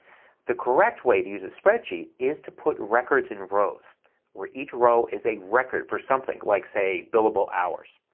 the correct way to use a spreadsheet is to put records in rows where each row is a record for something like say billable hours.